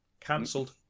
cancelled